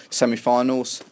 semi-finals